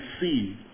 see